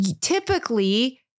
Typically